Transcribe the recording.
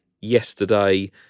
yesterday